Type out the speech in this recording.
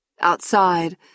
Outside